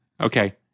Okay